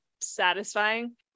satisfying